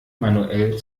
manuell